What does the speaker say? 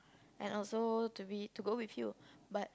and also to be to go with you but